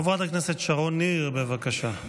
חברת הכנסת שרון ניר, בבקשה.